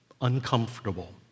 uncomfortable